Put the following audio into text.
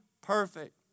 perfect